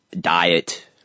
diet